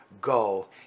go